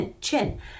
chin